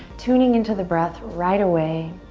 tuning into the breath right away.